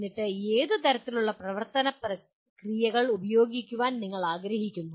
എന്നിട്ട് ഏത് തരത്തിലുള്ള പ്രവർത്തന ക്രിയകൾ ഉപയോഗിക്കാൻ നിങ്ങൾ ആഗ്രഹിക്കുന്നു